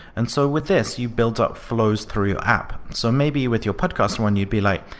and so with this, you build up flows through your app. so maybe with your podcast when you'd be like,